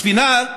הספינה,